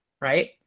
right